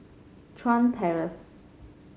Chuan Terrace